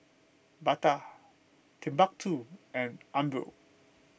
Bata Timbuk two and Umbro